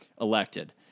elected